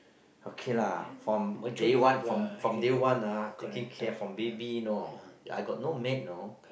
okay lah from day one from from day one ah they take care from baby know I get no maid know